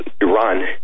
Iran